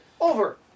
Over